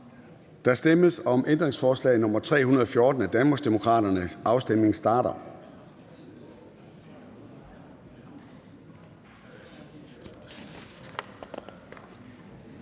Der stemmes om ændringsforslag nr. 318 af Danmarksdemokraterne. Afstemningen starter.